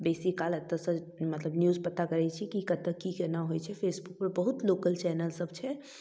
बेसीकाल एतऽसँ मतलब न्यूज पता करै छी कि कतऽ कि कोना होइ छै फेसबुकपर बहुत लोकल चैनलसब छै